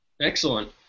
Excellent